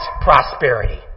prosperity